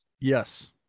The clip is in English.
Yes